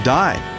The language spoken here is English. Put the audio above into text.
die